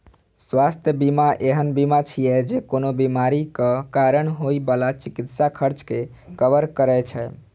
स्वास्थ्य बीमा एहन बीमा छियै, जे कोनो बीमारीक कारण होइ बला चिकित्सा खर्च कें कवर करै छै